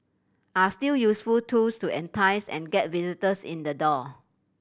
are still useful tools to entice and get visitors in the door